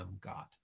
God